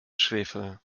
schwefel